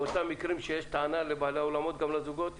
כמו שלבעלי האולמות יש טענה, גם לזוגות יש.